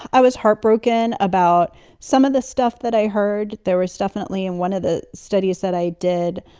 i was heartbroken about some of the stuff that i heard. there was definitely in one of the studies that i did,